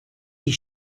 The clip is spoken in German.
die